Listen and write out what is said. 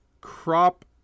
crop